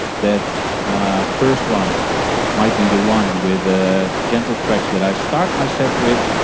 that first one might be the one with the gentle tracks that i start my set with.